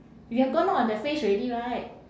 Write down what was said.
you have gone out on that phase already right